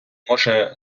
може